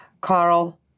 Carl